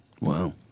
wow